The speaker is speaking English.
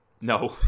no